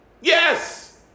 Yes